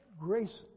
grace